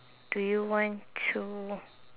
do you want to